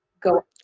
go